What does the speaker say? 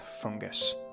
fungus